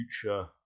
future